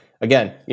again